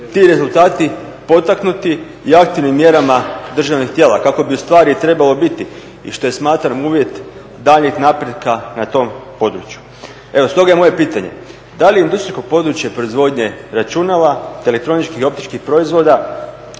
ti rezultati potaknuti i aktivnim mjerama državnih tijela, kako bi u stvari trebalo biti i što je smatram uvjet daljnjeg napretka na tom području. Stoga je moje pitanje da li industrijsko područje proizvodnje računala te elektroničkih optičkih proizvoda